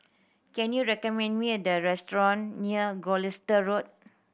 can you recommend me a restaurant near Gloucester Road